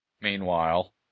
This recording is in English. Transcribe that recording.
Meanwhile